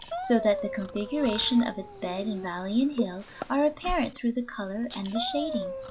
so that the configuration of its bed in valley and hill are apparent through the color and the shading.